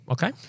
Okay